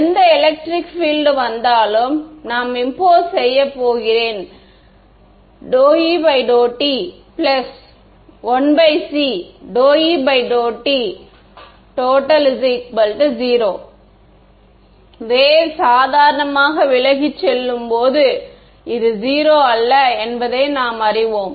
எந்த electric field வந்தாலும் நான் இம்போஸ் செய்ய போகிறேன் ∂E∂x 1c∂E∂t 0 வேவ் சாதாரணமாக விலகிச் செல்லும்போது இது 0 அல்ல என்பதை நாம் அறிவோம்